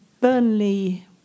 Burnley